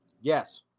Yes